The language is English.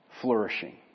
flourishing